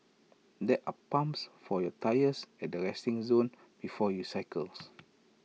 there are pumps for your tyres at the resting zone before you cycles